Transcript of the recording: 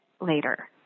later